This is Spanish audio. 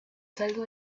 saldo